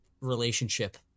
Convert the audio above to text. relationship